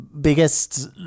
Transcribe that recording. Biggest